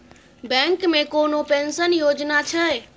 Bank मे कोनो pension योजना छै?